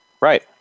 Right